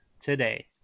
today